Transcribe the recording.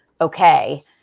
okay